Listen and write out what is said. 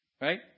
right